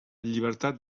llibertat